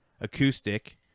Acoustic